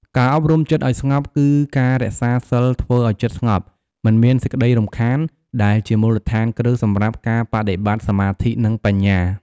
ការអប់រំចិត្តឱ្យស្ងប់ គឺការរក្សាសីលធ្វើឱ្យចិត្តស្ងប់ មិនមានសេចក្ដីរំខាន ដែលជាមូលដ្ឋានគ្រឹះសម្រាប់ការបដិបត្តិសមាធិ និងបញ្ញា។